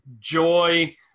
joy